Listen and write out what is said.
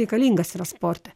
reikalingas yra sporte